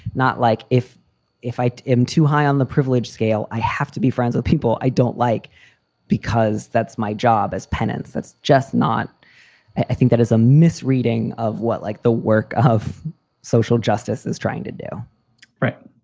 not like if if i am too high on the privilege scale, i have to be friends with people i don't like because that's my job as penance. that's just not i think that is a misreading of what like the work of social justice is trying to do right.